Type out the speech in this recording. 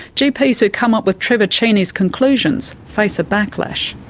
gps who come up with trevor cheney's conclusions face a backlash.